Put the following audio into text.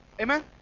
Amen